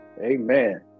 Amen